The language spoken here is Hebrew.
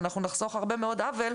נחסוך הרבה מאוד עוול.